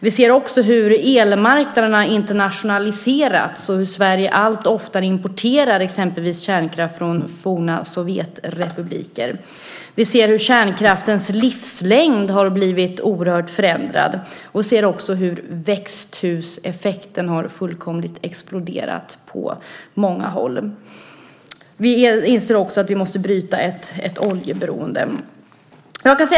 Vi ser också hur elmarknaden har internationaliserats och hur Sverige allt oftare importerar exempelvis kärnkraft från forna Sovjetrepubliker. Vi ser hur kärnkraftens livslängd har blivit oerhört förändrad, och vi ser hur växthuseffekten har fullkomligt exploderat på många håll. Vi inser att vi måste bryta ett oljeberoende.